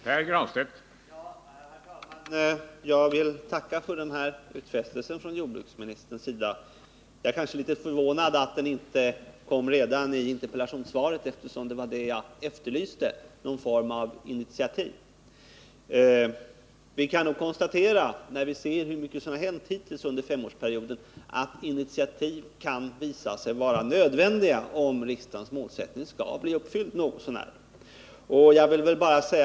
Herr talman! Jag tackar för den utfästelsen från jordbruksministern. Jag är kanske litet förvånad över att den inte kom redan i interpellationssvaret, eftersom jag just efterlyste någon form av initiativ. När vi ser vad som har hänt hittills under femårsperioden kan vi konstatera att initiativ kan visa sig vara nödvändiga om riksdagens målsättning något så när skall uppfyllas.